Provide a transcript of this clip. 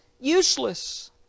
useless